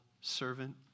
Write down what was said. servant